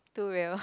too real